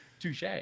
Touche